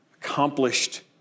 accomplished